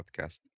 podcast